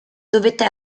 dovette